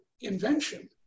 invention